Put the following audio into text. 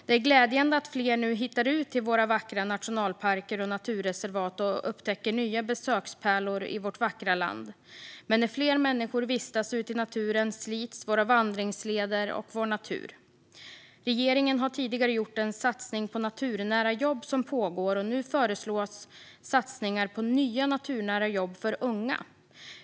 Det är glädjande att fler nu hittar ut till våra vackra nationalparker och naturreservat och upptäcker nya besökspärlor i vårt vackra land. Men när fler människor vistas ute i naturen slits våra vandringsleder och vår natur. Regeringen har tidigare gjort en satsning på naturnära jobb som pågår, och nu föreslås satsningar på nya naturnära jobb för unga.